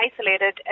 isolated